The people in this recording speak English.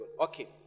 okay